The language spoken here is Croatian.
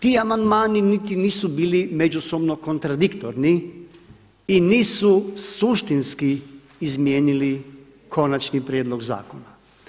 Ti amandmani niti nisu bili međusobno kontradiktorni i nisu suštinski izmijenili konačni prijedlog zakona.